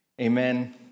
amen